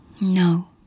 No